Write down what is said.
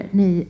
ni